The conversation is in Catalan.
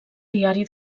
diari